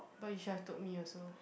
but you should've told me also